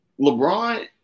LeBron